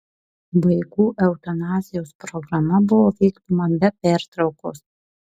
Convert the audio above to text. vaikų eutanazijos programa buvo vykdoma be pertraukos